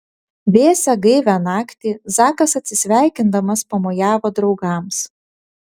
vėsią gaivią naktį zakas atsisveikindamas pamojavo draugams